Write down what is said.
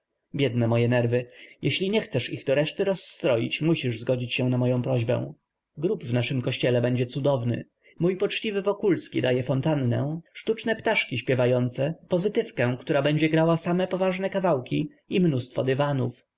biedne moje nerwy jeżeli nie chcesz ich do reszty rozstroić musisz zgodzić się na moję prośbę grób w naszym kościele będzie cudowny mój poczciwy wokulski daje fontannę sztuczne ptaszki śpiewające pozytywkę która będzie grała same poważne kawałki i mnóstwo dywanów